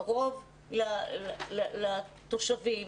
קרוב לתושבים,